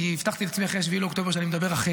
כי אחרי 7 באוקטובר הבטחתי לעצמי שאני מדבר אחרת,